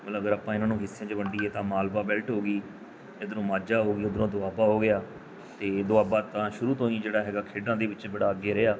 ਮਤਲਬ ਅਗਰ ਆਪਾਂ ਇਹਨਾਂ ਨੂੰ ਹਿੱਸਿਆਂ 'ਚ ਵੰਡੀਏ ਤਾਂ ਮਾਲਵਾ ਬੈਲਟ ਹੋ ਗਈ ਇੱਧਰੋਂ ਮਾਝਾ ਹੋ ਗਈ ਉੱਧਰੋਂ ਦੁਆਬਾ ਹੋ ਗਿਆ ਅਤੇ ਦੁਆਬਾ ਤਾਂ ਸ਼ੁਰੂ ਤੋਂ ਹੀ ਜਿਹੜਾ ਹੈਗਾ ਖੇਡਾਂ ਦੇ ਵਿੱਚ ਬੜਾ ਅੱਗੇ ਰਿਹਾ